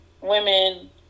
women